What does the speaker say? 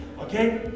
Okay